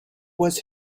was